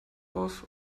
auf